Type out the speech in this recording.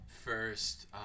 first